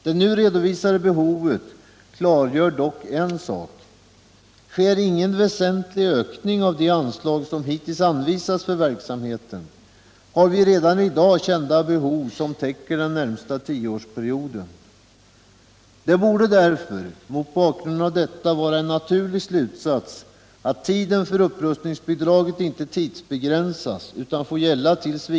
Det nu redovisade behovet klargör dock en sak: sker ingen väsentlig ökning av de anslag som hittills anvisats för verksamheten har vi redan i dag kända behov som motsvarar den närmaste tioårsperiodens anslag. | Det borde mot bakgrund av detta vara en naturlig slutsats att upprust = Nr 78 ningsbidraget inte får tidsbegränsas utan att möjligheten måste finnas t. v.